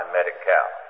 Medi-Cal